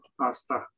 asta